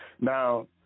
Now